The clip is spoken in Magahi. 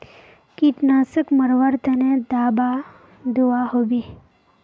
कीटनाशक मरवार तने दाबा दुआहोबे?